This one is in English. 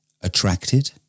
attracted